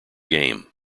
game